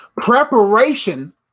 Preparation